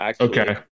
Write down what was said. Okay